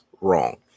wrong